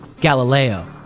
Galileo